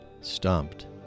Stumped